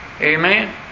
Amen